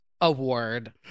Award